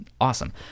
awesome